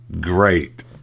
great